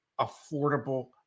affordable